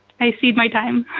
i secede my time.